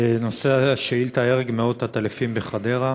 נושא השאילתה: הרג מאות עטלפים בחדרה.